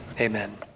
amen